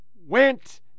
went